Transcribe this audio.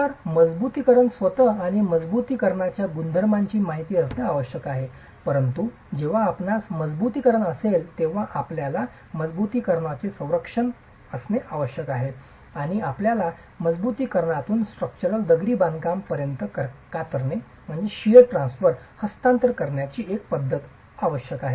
तर मजबुतीकरण स्वतः आणि मजबुतीकरणाच्या गुणधर्मांची माहिती असणे आवश्यक आहे परंतु जेव्हा आपणास मजबुतीकरण असेल तेव्हा आपल्याला मजबुतीकरणाचे संरक्षण आवश्यक आहे आणि आपल्याला मजबुतीकरणातून स्ट्रक्चरल दगडी बांधकामा पर्यंत कतरणे हस्तांतरण करण्याची एक पद्धत आवश्यक आहे